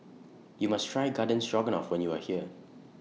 YOU must Try Garden Stroganoff when YOU Are here